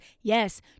yes